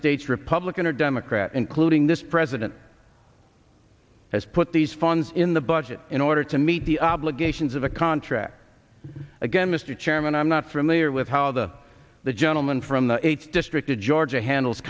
states republican or democrat including this president has put these funds in the budget in order to meet the obligations of the contract again mr chairman i'm not familiar with how the the gentleman from the eighth district of georgia handles